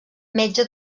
metge